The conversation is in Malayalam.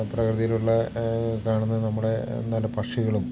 പ്രകൃതിയിലുള്ള കാണുന്ന നമ്മുടെ എന്താണ് പക്ഷികളും